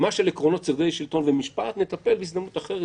ומה שעקרונות צווי שלטון ומשפט נטפל בהזדמנות אחרת,